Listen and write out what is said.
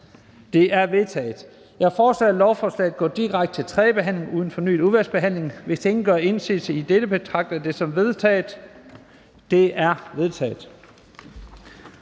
Det er vedtaget. Jeg foreslår, at lovforslagene går direkte til tredje behandling uden fornyet udvalgsbehandling. Hvis ingen gør indsigelse mod dette, betragter jeg det som vedtaget. Det er vedtaget.